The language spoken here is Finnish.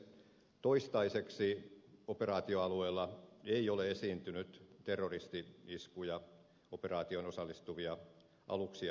toistaiseksi operaatioalueella ei ole esiintynyt terroristi iskuja operaatioon osallistuvia aluksia vastaan